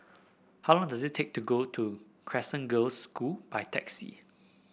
how long does it take to go to Crescent Girls' School by taxi